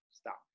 stop